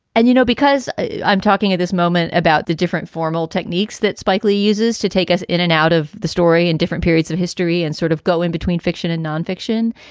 and, you know, because i'm talking at this moment about the different formal techniques that spike lee uses to take us in and out of the story in different periods of history and sort of go in between fiction and non-fiction.